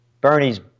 Bernie's